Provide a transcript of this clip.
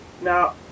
Now